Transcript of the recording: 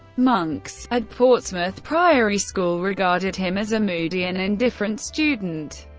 monks at portsmouth priory school regarded him as a moody and indifferent student.